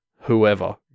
whoever